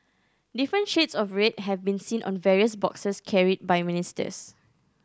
different shades of red have been seen on various boxes carried by ministers